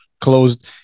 closed